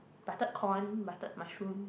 buttered corn buttered mushroom